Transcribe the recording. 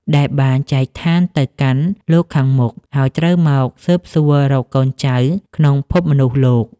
ដែលបានចែកឋានទៅកាន់លោកខាងមុខ ហើយត្រូវមកស៊ើបសួររកកូនចៅក្នុងភពមនុស្សលោក។